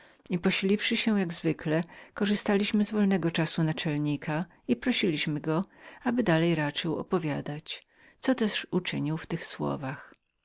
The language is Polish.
spoczynek i posiliwszy się jak zwykle korzystaliśmy z wolnego czasu naczelnika i prosiliśmy go aby dalej raczył opowiadać co też uczynił w tych słowach